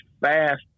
fast